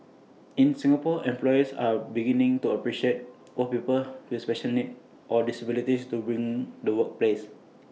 in Singapore employers are beginning to appreciate what people with special needs or disabilities to bring the workplace